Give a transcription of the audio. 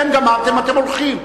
אתם גמרתם, אתם הולכים.